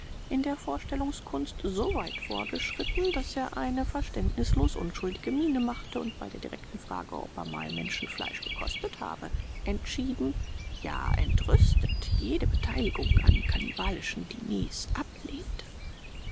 in der verstellungskunst so weit vorgeschritten daß er eine verständnislos unschuldige miene machte und bei der direkten frage ob er mal menschenfleisch gekostet habe entschieden ja entrüstet jede beteiligung an kannibalischen diners ablehnte